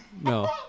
No